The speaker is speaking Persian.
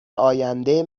آینده